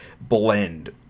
blend